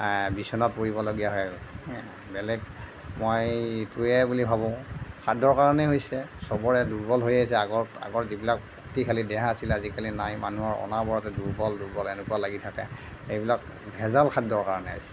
বিছনাত পৰিবলগীয়া হয় আৰু বেলেগ মই এইটোৱে বুলি ভাবোঁ খাদ্যৰ কাৰণেই হৈছে চবৰে দুৰ্বল হৈ আহিছে আগৰ আগৰ যিবিলাক শক্তিশালী দেহা আছিলে আজিকালি নাই মানুহৰ অনবৰতে দুৰ্বল দুৰ্বল এনেকুৱা লাগি থাকে সেইবিলাক ভেজাল খাদ্যৰ কাৰণে হৈছে